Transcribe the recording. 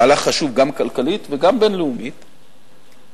מהלך חשוב גם כלכלית וגם בין-לאומית, נדהמתי,